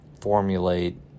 formulate